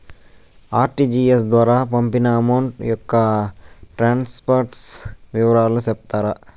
RTGS ద్వారా పంపిన amount యొక్క ట్రాన్స్ఫర్ వివరాలు సెప్తారా